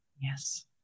yes